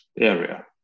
area